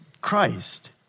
Christ